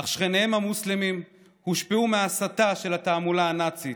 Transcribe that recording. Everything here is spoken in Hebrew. אך שכניהם המוסלמים הושפעו מההסתה של התעמולה הנאצית.